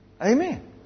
Amen